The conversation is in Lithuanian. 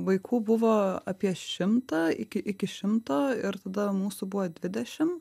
vaikų buvo apie šimtą iki iki šimto ir tada mūsų buvo dvidešim